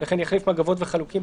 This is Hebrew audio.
וכן יחליף מגבות וחלוקים,